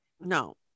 no